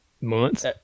months